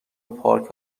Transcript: پارک